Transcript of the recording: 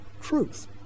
truth